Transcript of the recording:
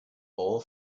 all